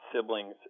siblings